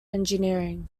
engineering